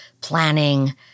planning